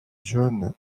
jon